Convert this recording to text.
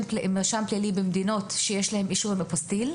פלילי במדינות שיש להן אישור עם אפוסטיל.